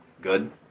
good